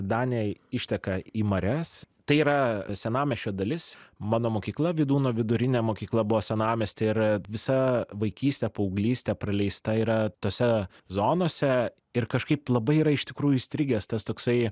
danė išteka į marias tai yra senamiesčio dalis mano mokykla vydūno vidurinė mokykla buvo senamiesty ir visa vaikystė paauglystė praleista yra tose zonose ir kažkaip labai yra iš tikrųjų įstrigęs tas toksai